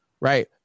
right